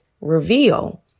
reveal